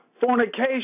fornication